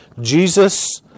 Jesus